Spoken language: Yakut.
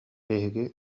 биһиги